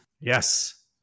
Yes